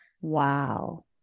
Wow